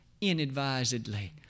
inadvisedly